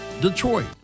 Detroit